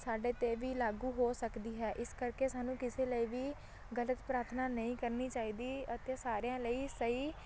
ਸਾਡੇ 'ਤੇ ਵੀ ਲਾਗੂ ਹੋ ਸਕਦੀ ਹੈ ਇਸ ਕਰਕੇ ਸਾਨੂੰ ਕਿਸੇ ਲਈ ਵੀ ਗਲਤ ਪ੍ਰਾਰਥਨਾ ਨਹੀਂ ਕਰਨੀ ਚਾਹੀਦੀ ਅਤੇ ਸਾਰਿਆਂ ਲਈ ਸਹੀ